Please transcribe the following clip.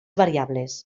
variables